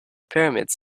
pyramids